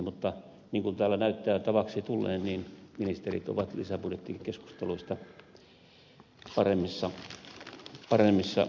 mutta niin kuin täällä näyttää tavaksi tulleen ministerit ovat lisäbudjettikeskustelujen aikana paremmissa kiireissä